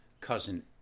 cousin